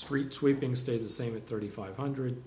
street sweeping stays the same at thirty five hundred